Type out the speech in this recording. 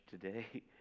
today